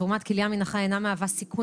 תרומת כליה מן החי אינה מהווה סיכון